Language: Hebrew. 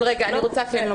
אבל תסכים איתי,